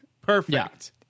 Perfect